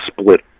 split